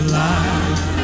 life